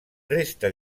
resta